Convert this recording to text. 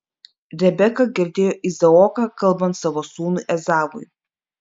rebeka girdėjo izaoką kalbant savo sūnui ezavui